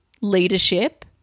leadership